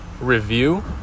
review